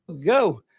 go